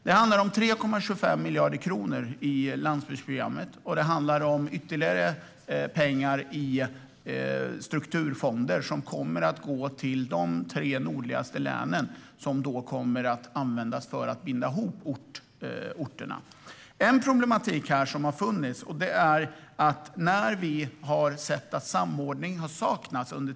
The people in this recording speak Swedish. Det handlar om 3,25 miljarder kronor i landsbygdsprogrammet, och det handlar om ytterligare pengar i strukturfonder som kommer att gå till de tre nordligaste länen och där användas för att binda ihop orterna. En problematik som har funnits är en avsaknad av samordning.